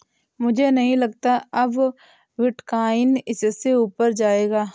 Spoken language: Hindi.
मुझे नहीं लगता अब बिटकॉइन इससे ऊपर जायेगा